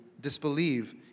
disbelieve